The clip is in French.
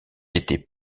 était